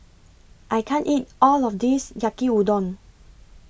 I can't eat All of This Yaki Udon